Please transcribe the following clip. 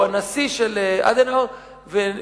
הוא הנשיא של, ונאמתי.